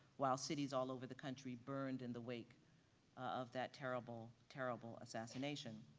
while cities all over the country burned in the wake of that terrible, terrible assassination.